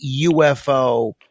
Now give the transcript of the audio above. UFO